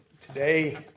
today